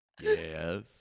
Yes